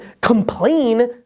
complain